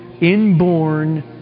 inborn